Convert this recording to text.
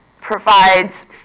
provides